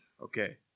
Okay